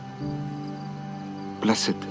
Blessed